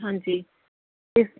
ਹਾਂਜੀ ਇਸ